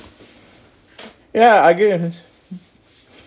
ya I get it